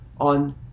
On